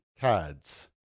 cards